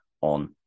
on